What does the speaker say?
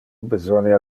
besonia